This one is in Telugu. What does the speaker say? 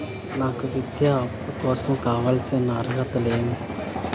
నాకు విద్యా అప్పు కోసం కావాల్సిన అర్హతలు ఏమి?